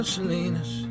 Salinas